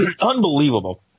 Unbelievable